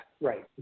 Right